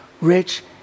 rich